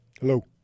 Hello